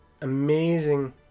amazing